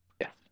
yes